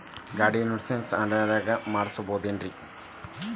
ಗಾಡಿ insurance online ದಾಗ ಮಾಡಸ್ಬಹುದೆನ್ರಿ?